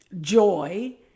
joy